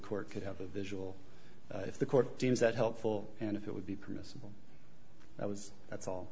court could have a visual if the court deems that helpful and if it would be permissible i was that's all